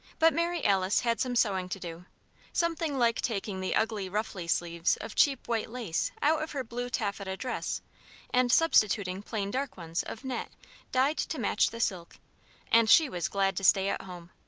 but mary alice had some sewing to do something like taking the ugly, ruffly sleeves of cheap white lace out of her blue taffeta dress and substituting plain dark ones of net dyed to match the silk and she was glad to stay at home.